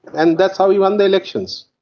and that's how he won the elections.